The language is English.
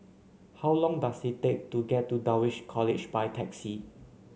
how long does it take to get to Dulwich College by taxi